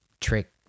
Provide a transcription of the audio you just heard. trick